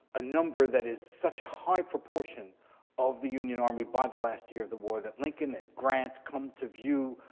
a number that is such a high proportion of the union army by the last year of the war that lincoln and grant come to view